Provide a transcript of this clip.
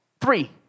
Three